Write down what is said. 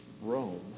Rome